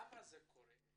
מדוע זה קורה?